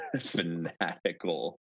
fanatical